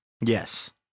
Yes